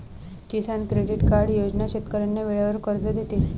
किसान credit card योजना शेतकऱ्यांना वेळेवर कर्ज देते